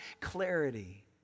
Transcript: clarity